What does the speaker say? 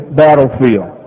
battlefield